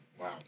Wow